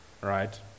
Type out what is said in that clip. Right